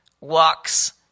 walks